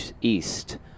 east